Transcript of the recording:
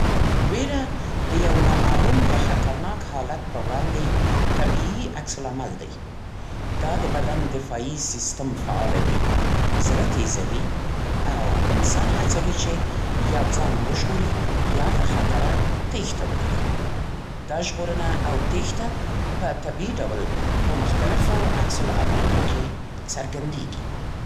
ویره د یو نامعلوم یا خطرناک حالت پر وړاندې طبیعي عکس‌العمل دی. دا د بدن دفاعي سیستم فعالوي، زړه تېزوي، او انسان هڅوي چې یا ځان وژغوري، یا له خطره تېښته وکړي. دا ژغورنه او تېښته په طبیعي ډول په مختلفو عکس‌العملونو کې څرګندېږي.